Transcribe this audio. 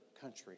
country